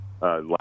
last